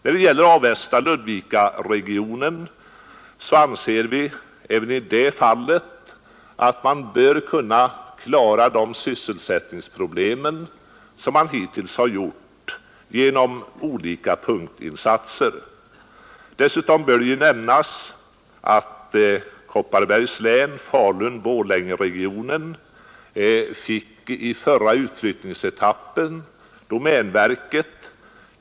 Även i Avestaoch Ludvika-regionerna anser vi att man bör klara sysselsättningsproblemen som hittills genom olika punktinsatser. Dessutom bör nämnas att Kopparbergs län, Falu-Borlängeregionen, i förra utflyttningsetappen fick domänverket.